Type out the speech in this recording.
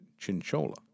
Chinchola